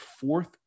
fourth